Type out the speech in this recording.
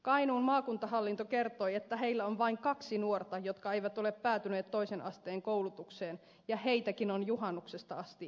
kainuun maakuntahallinto kertoi että heillä on vain kaksi nuorta jotka eivät ole päätyneet toisen asteen koulutukseen ja heitäkin on juhannuksesta asti etsitty